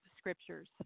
Scriptures